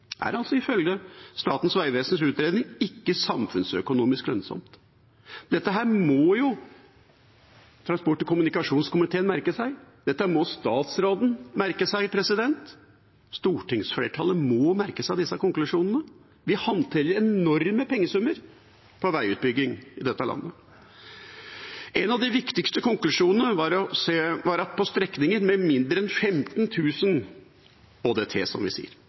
er altså, ifølge Statens vegvesens utredning, ikke samfunnsøkonomisk lønnsomt. Dette må jo transport- og kommunikasjonskomiteen merke seg, dette må statsråden merke seg, og stortingsflertallet må merke seg disse konklusjonene. Vi håndterer enorme pengesummer på veiutbygging i dette landet. En av de viktigste konklusjonene var at på strekninger med mindre enn 15 000 ÅDT